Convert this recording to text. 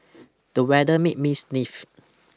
the weather made me sniff